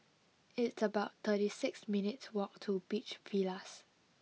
It's about thirty six minutes' walk to Beach Villas